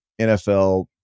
NFL